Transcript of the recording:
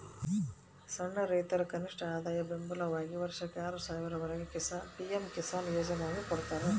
ಸಣ್ಣ ರೈತರ ಕನಿಷ್ಠಆದಾಯ ಬೆಂಬಲವಾಗಿ ವರ್ಷಕ್ಕೆ ಆರು ಸಾವಿರ ವರೆಗೆ ಪಿ ಎಂ ಕಿಸಾನ್ಕೊ ಯೋಜನ್ಯಾಗ ಕೊಡ್ತಾರ